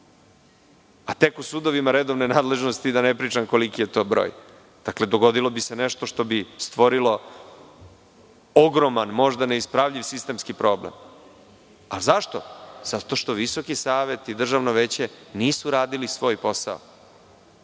a tek o sudovima redovne nadležnosti da ne pričam koliki je to broj. Dakle, dogodilo bi se nešto što bi stvorilo ogroman, možda neispravljiv sistemski problem. Zašto? Zato što Visoki savet i Državno veće nisu radili svoj posao. Onda